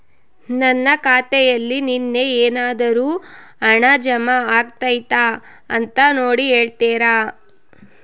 ನನ್ನ ಖಾತೆಯಲ್ಲಿ ನಿನ್ನೆ ಏನಾದರೂ ಹಣ ಜಮಾ ಆಗೈತಾ ಅಂತ ನೋಡಿ ಹೇಳ್ತೇರಾ?